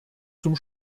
zum